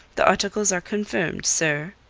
the articles are confirmed, sir.